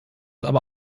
aber